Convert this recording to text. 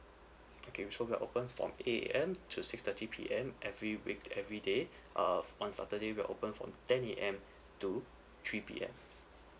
okay so we are open from eight A_M to six thirty P_M every week every day uh on saturday we are open from ten A_M to three P_M